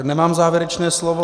Nemám závěrečné slovo.